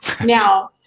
Now